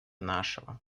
нашего